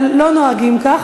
אבל לא נוהגים כך,